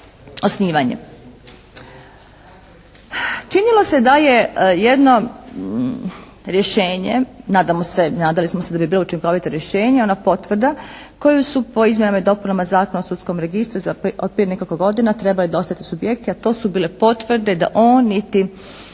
osnivanje. Činilo se da je jedno rješenje, nadali smo se da bi bilo učinkovito rješenje ona potvrda koju su po izmjenama i dopunama Zakona o sudskom registru otprije nekoliko godina trebali …/Govornica se ne razumije./… subjekti, a to su bile potvrde da on niti